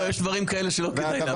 לא, יש דברים כאלה שלא כדאי להפיל.